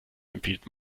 empfiehlt